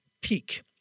peak